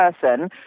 person